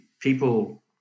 People